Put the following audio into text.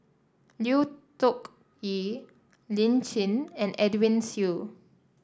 Lui Tuck Yew Lin Chen and Edwin Siew